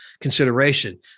consideration